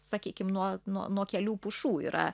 sakykim nuo nuo nuo kelių pušų yra